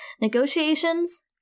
negotiations